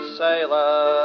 sailor